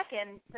second